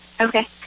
Okay